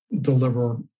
deliver